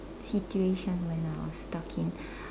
situation when I was stuck in